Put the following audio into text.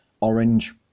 Orange